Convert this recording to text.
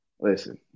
Listen